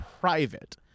private